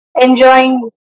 enjoying